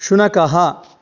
शुनकः